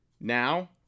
now